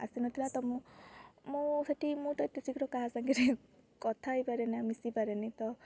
ଆସିନଥିଲା ତ ମୁଁ ମୁଁ ସେଇଠି ମୁଁ ତ ଏତେ ଶୀଘ୍ର କାହା ସାଙ୍ଗରେ କଥା ହେଇପାରେନା ମିଶିପାରେନି ତ